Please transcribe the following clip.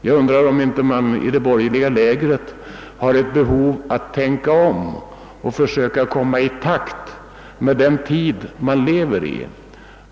Jag undrar om man inte i det borgerliga lägret borde känna ett behov av att tänka om och försöka komma ikapp den tid vi lever i.